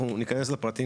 אנחנו ניכנס לפרטים